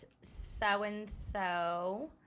so-and-so